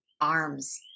arms